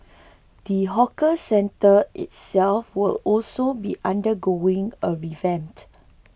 the hawker centre itself will also be undergoing a revamp